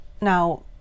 now